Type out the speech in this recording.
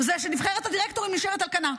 שנבחרת הדירקטורים נשארת על כנה.